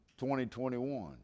2021